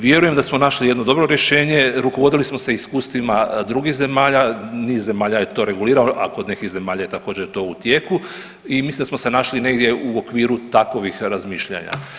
Vjerujem da smo našli jedno dobro rješenje, rukovodili smo se iskustvima drugih zemalja, niz zemalja je to reguliralo, a kod nekih zemalja je to također u tijeku i mislim da smo se našli negdje u okviru takovih razmišljanja.